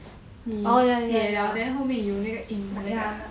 你写 liao then 后面有那个印